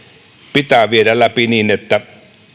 pitää viedä läpi niin että